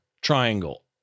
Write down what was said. triangle